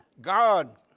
God